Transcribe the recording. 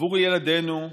עבור ילדינו,